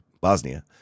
Bosnia